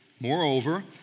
Moreover